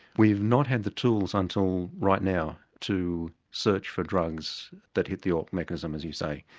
we've not had the tools until right now to search for drugs that hit the alt mechanism as you say.